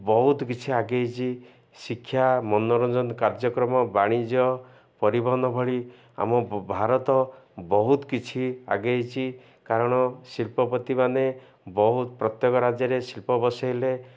ବହୁତ କିଛି ଆଗେଇଛି ଶିକ୍ଷା ମନୋରଞ୍ଜନ କାର୍ଯ୍ୟକ୍ରମ ବାଣିଜ୍ୟ ପରିବହନ ଭଳି ଆମ ଭାରତ ବହୁତ କିଛି ଆଗେଇଛି କାରଣ ଶିଳ୍ପପତି ମାନେ ବହୁତ ପ୍ରତ୍ୟେକ ରାଜ୍ୟରେ ଶିଳ୍ପ ବସେଇଲେ